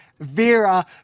Vera